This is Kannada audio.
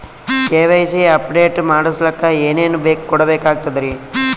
ಕೆ.ವೈ.ಸಿ ಅಪಡೇಟ ಮಾಡಸ್ಲಕ ಏನೇನ ಕೊಡಬೇಕಾಗ್ತದ್ರಿ?